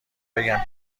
بگم